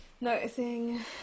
noticing